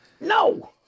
No